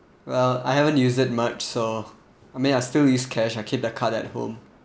well I haven't use it much so I mean I still use cash I keep that card at home